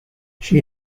she